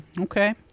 okay